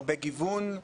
הרבה גיוון.